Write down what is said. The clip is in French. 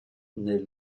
nait